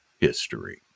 history